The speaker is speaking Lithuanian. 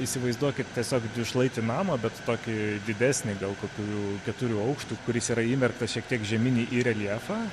įsivaizduokit tiesiog dvišlaitį mamą bet kai didesnė gal kokių keturių aukštų kuris yra įmerktas šiek tiek žiemyn į reljefą